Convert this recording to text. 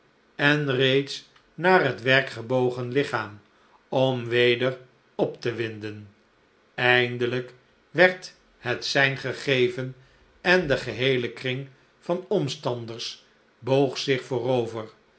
en reeds naar het werk gebogen lichaam om weder op te win den eindelijk werd het sein gegeven en de geheele kring van omstanders boog zich voorover